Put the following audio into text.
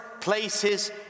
places